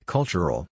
Cultural